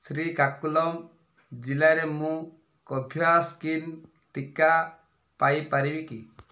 ଶ୍ରୀକାକୁଲମ୍ ଜିଲ୍ଲାରେ ମୁଁ କୋଭ୍ୟାକ୍ସିନ୍ ଟିକା ପାଇ ପାରିବି କି